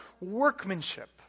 workmanship